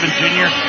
junior